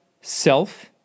self